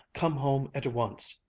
come home at once.